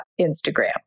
Instagram